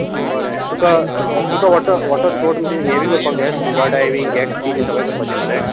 बरें तुका water sports म्हणजे हें बी करपाक जाय स्कुबा डायवींग जेट स्की बीन सगळें करपाचे मरे